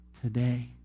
today